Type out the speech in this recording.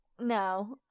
No